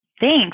Thanks